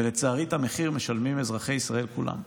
ולצערי, את המחיר משלמים אזרחי ישראל כולם.